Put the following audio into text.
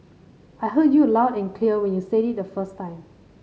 I heard you loud and clear when you said it the first time